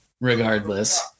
regardless